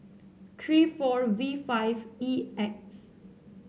three four V five E X